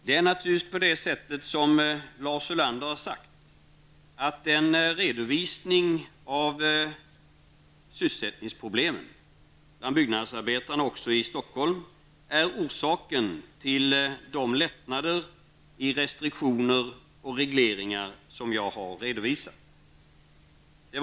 Herr talman! Det förhåller sig naturligtvis så som Lars Ulander här har sagt. Redovisningen av sysselsättningsproblemen bland byggnadsarbetarna -- det gäller även byggnadsarbetarna i Stockholm -- är nämligen orsaken till de lättnader av restriktioner och regleringar som jag har redovisat.